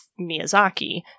Miyazaki